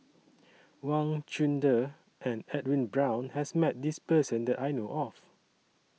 Wang Chunde and Edwin Brown has Met This Person that I know of